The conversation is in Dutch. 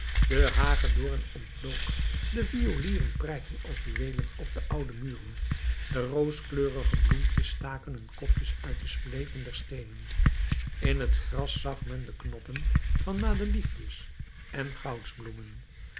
de hagedoorn ontlook de violieren prijkten als juweelen op de oude muren de rooskleurige bloempjes staken hun kopjes uit de spleten der steenen in het gras zag men de knoppen van madeliefjes en goudsbloemen